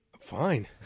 Fine